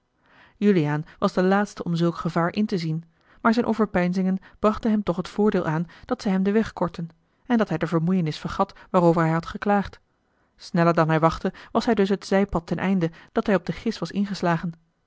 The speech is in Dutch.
juliaan was de laatste om zulk gevaar in te zien maar zijne a l g bosboom-toussaint de delftsche wonderdokter eel overpeinzingen brachten hem toch het voordeel aan dat zij hem den weg kortten en dat hij de vermoeienis vergat waarover hij had geklaagd sneller dan hij wachtte was hij dus het zijpad ten einde dat hij op de gis was ingeslagen